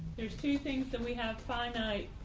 there's two things so we have finite,